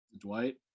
Dwight